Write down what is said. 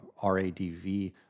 RADV